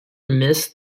missed